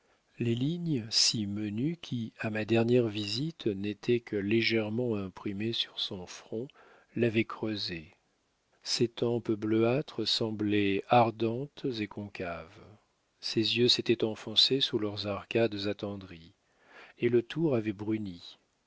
les lignes si menues qui à ma dernière visite n'étaient que légèrement imprimées sur son front l'avaient creusé ses tempes bleuâtres semblaient ardentes et concaves ses yeux s'étaient enfoncés sous leurs arcades attendries et le tour avait bruni